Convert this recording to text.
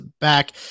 back